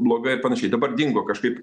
blogai ar panašiai dabar dingo kažkaip